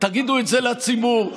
תגידו את זה לציבור.